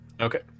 Okay